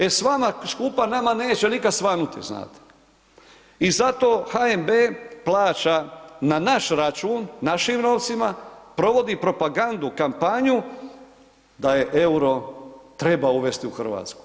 E s vama skupa nama neće nikad svanuti znate i zato NHB plaća na naš račun, našim novcima, provodi propagandu kampanju da je EUR-o treba uvesti u Hrvatsku.